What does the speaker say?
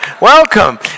welcome